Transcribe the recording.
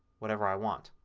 whatever i want.